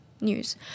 news